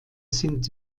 sind